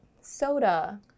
soda